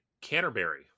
Canterbury